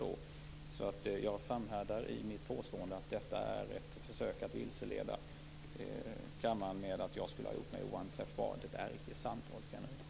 Jag framhärdar därför i mitt påstående att det är ett försök att vilseleda kammaren, detta att jag skulle ha gjort mig oanträffbar. Det är inte sant, Rolf Kenneryd.